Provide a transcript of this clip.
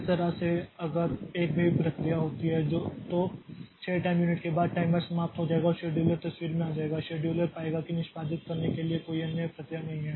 इस तरह से अगर एक भी प्रक्रिया होती है तो 6 टाइम यूनिट के बाद टाइमर समाप्त हो जाएगा और शेड्यूलर तस्वीर में आ जाएगा शेड्यूलर पाएगा कि निष्पादित करने के लिए कोई अन्य प्रक्रिया नहीं है